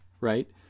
right